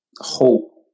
hope